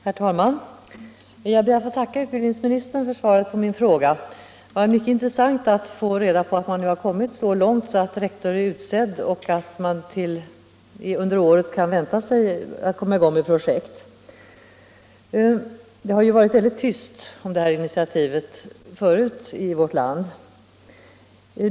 Herr talman! Jag ber att få tacka utbildningsministern för svaret på min fråga. Det var mycket intressant att få reda på att man nu har kommit så långt att rektor är utsedd och att det kan väntas att man under året kommer i gång med projekt. Det har ju förut varit väldigt tyst i vårt land om detta initiativ.